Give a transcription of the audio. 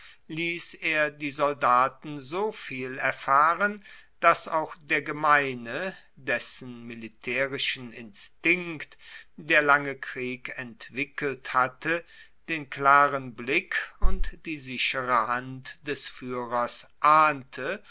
liess er die soldaten soviel erfahren dass auch der gemeine dessen militaerischen instinkt der lange krieg entwickelt haette den klaren blick und die sichere hand des fuehrers ahnte